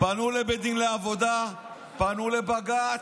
פנו לבית דין לעבודה, פנו לבג"ץ.